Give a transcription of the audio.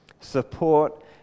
support